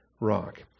rock